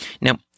Now